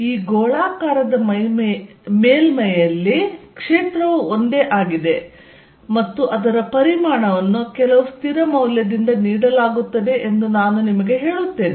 ಈ ಗೋಳಾಕಾರದ ಮೇಲ್ಮೈಯಲ್ಲಿ ಕ್ಷೇತ್ರವು ಒಂದೇ ಆಗಿದೆ ಮತ್ತು ಅದರ ಪರಿಮಾಣವನ್ನು ಕೆಲವು ಸ್ಥಿರ ಮೌಲ್ಯದಿಂದ ನೀಡಲಾಗುತ್ತದೆ ಎಂದು ನಾನು ನಿಮಗೆ ಹೇಳುತ್ತೇನೆ